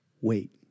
wait